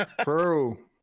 True